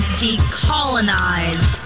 decolonize